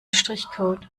strichcode